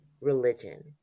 religion